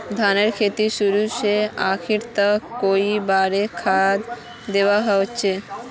धानेर खेतीत शुरू से आखरी तक कई बार खाद दुबा होचए?